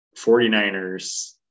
49ers